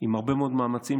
עם הרבה מאוד מאמצים,